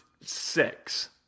six